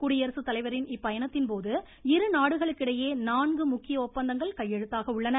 குடியரசுத்தலைவரின் இப்பயணத்தின்போது இரு நாடுகளிடையே நான்கு முக்கிய ஒப்பந்தங்கள் கையெழுத்தாக உள்ளன